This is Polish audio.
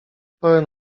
pełen